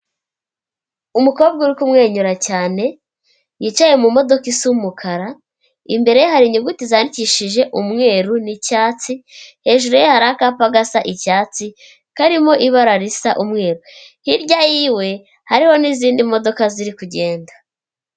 Umukobwa uri kumwenyura cyane, yicaye mu modoka isa umukara, imbere ye hari inyuguti zakishije umweru ni'cyatsi, hejuru ye hari akapa gasa icyatsi, karimo ibara risa umweru hirya y'iwe hariho n'izindi modoka ziri kugenda.